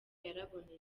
yarabonetse